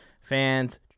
fans